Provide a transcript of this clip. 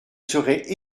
serais